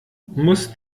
muss